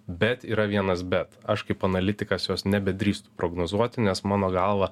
bet yra vienas bet aš kaip analitikas jos nebedrįsų prognozuoti nes mano galva